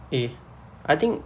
eh I think